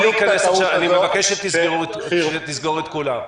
אני מבקש לסגור את המיקרופון של כולם.